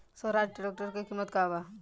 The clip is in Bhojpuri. स्वराज ट्रेक्टर के किमत का बा?